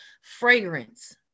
Fragrance